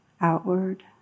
outward